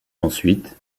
ensuite